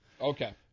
Okay